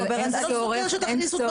אבל אין צורך מכיוון שזה כבר מוסדר